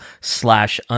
slash